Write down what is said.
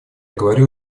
говорю